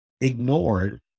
ignored